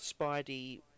spidey